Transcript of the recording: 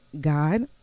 God